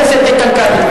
חבר הכנסת איתן כבל,